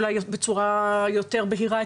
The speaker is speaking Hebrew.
אולי בצורה יותר בהירה,